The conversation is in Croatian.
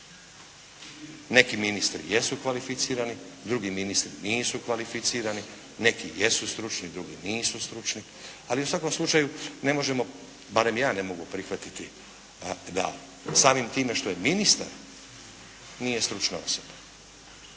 Neki ministri jesu kvalificirani, drugi ministri nisu kvalificirani. Neki jesu stručni, drugi nisu stručni. Ali u svakom slučaju ne možemo, barem ja ne mogu prihvatiti da samim time što je ministar nije stručna osoba